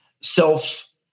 self